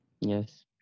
Yes